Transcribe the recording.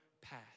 path